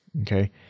Okay